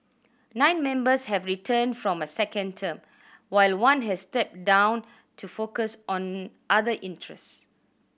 nine members have returned from a second term while one has stepped down to focus on other interests